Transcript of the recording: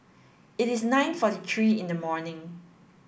it is nine forty three in the morning